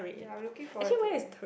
ya I'm looking forward to it eh